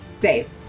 Save